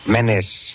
Menace